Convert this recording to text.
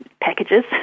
packages